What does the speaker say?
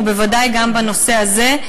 בוודאי גם בנושא הזה.